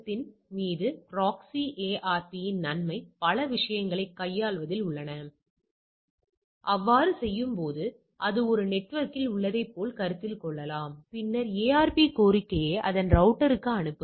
இப்போது நீங்கள் 3 4 5 6 க்கு உங்கள் அட்டவணைக்குச் சென்றால் எனவே 5 கட்டின்மை கூறுகள் நாம் உங்கள் அட்டவணைக்குச் செல்கிறோம் நாம் 5 கட்டின்மை கூறுகளுக்காக நமது அட்டவணைக்குச் செல்கிறோம்